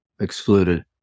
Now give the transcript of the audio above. excluded